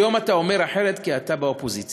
היום אתה אומר אחרת, כי אתה באופוזיציה.